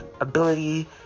ability